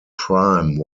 prime